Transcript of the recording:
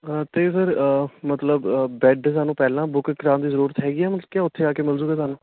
ਅਤੇ ਸਰ ਮਤਲਬ ਬੈੱਡ ਸਾਨੂੰ ਪਹਿਲਾਂ ਬੁੱਕ ਕਰਾਉਣ ਦੀ ਜ਼ਰੂਰਤ ਹੈਗੀ ਆ ਮਤਲਬ ਕਿ ਉੱਥੇ ਆ ਕੇ ਮਿਲ ਜੂੰਗਾ ਸਾਨੂੰ